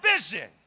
vision